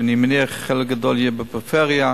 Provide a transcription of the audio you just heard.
ואני מניח שחלק גדול יהיו בפריפריה,